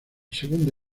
segundo